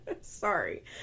Sorry